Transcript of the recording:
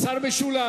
(קורא בשמות חברי הכנסת)